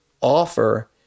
offer